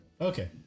okay